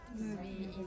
movie